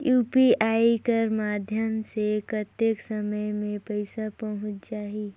UPI कर माध्यम से कतेक समय मे पइसा पहुंच जाहि?